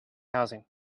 housing